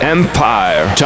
Empire